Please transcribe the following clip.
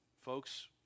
Folks